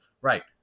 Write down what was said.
right